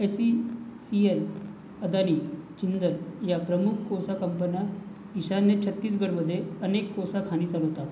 S E C L Adani Jindal या प्रमुख कोळसा कंपन्या ईशान्य छत्तीसगडमध्ये अनेक कोळसा खाणी चालवतात